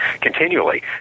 continually